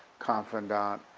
confidante,